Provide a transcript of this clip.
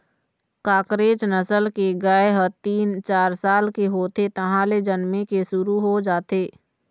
कांकरेज नसल के गाय ह तीन, चार साल के होथे तहाँले जनमे के शुरू हो जाथे